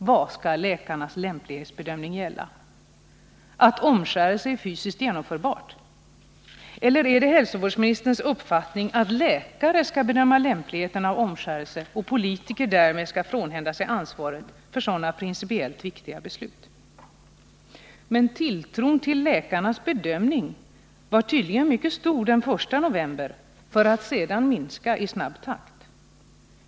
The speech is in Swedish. Vad skall läkarnas lämplighetsbedömning gälla? Att omskärelse är fysiskt genomförbar? Eller är det hälsovårdsministerns uppfattning att läkare skall bedöma lämpligheten av omskärelse och att politikerna därmed skall Nr 31 frånhända sig ansvaret för sådana principiellt viktiga beslut? Måndagen den Tilltron till läkarnas bedömning var tydligen mycket stor den I november, 19 november 1979 för att sedan minska i snabb takt.